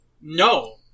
no